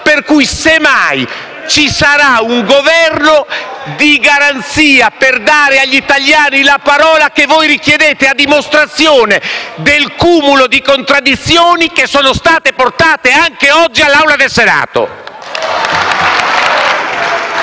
sarà semmai un Governo di garanzia, per dare agli italiani la parola che voi richiedete, a dimostrazione del cumulo di contraddizioni che sono state portate anche oggi all'Assemblea del Senato.